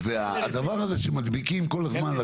והדבר הזה שמדביקים כל הזמן על